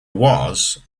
was